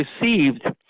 received